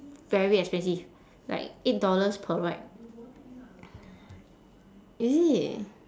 very expensive like eight dollars per ride is it